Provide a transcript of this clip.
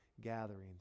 gatherings